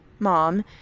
Mom